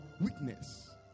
weakness